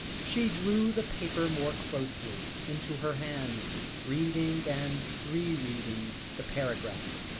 she drew the paper more closely into her hands, reading and re-reading the paragraph,